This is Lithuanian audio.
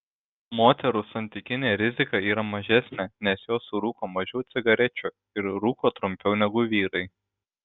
moterų santykinė rizika yra mažesnė nes jos surūko mažiau cigarečių ir rūko trumpiau negu vyrai